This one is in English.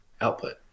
output